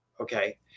okay